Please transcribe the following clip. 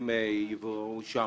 זה דברים שחשוב שייאמרו.